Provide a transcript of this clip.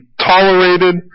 tolerated